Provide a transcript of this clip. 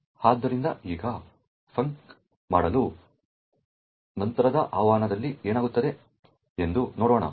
ಆದ್ದರಿಂದ ಈಗ ಫಂಕ್ ಮಾಡಲು ನಂತರದ ಆಹ್ವಾನಗಳಲ್ಲಿ ಏನಾಗುತ್ತದೆ ಎಂದು ನೋಡೋಣ